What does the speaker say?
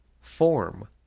form